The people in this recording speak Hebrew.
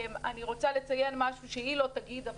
אני רוצה לציין משהו שהיא לא תגיד,